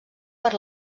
per